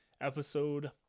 episode